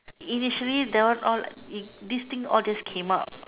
initially that one all this thing all just came out